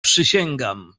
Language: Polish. przysięgam